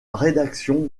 rédaction